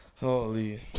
Holy